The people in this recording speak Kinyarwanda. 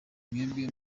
mwebwe